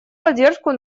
поддержку